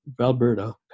Alberta